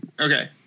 Okay